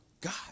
God